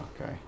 okay